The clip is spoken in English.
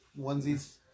onesies